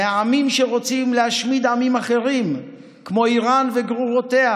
מהעמים שרוצים להשמיד עמים אחרים כמו איראן וגרורותיה,